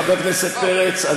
חבר הכנסת פרץ,